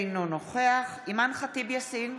אינו נוכח אימאן ח'טיב יאסין,